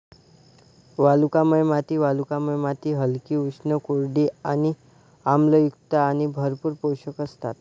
वालुकामय माती वालुकामय माती हलकी, उष्ण, कोरडी आणि आम्लयुक्त आणि भरपूर पोषक असतात